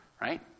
Right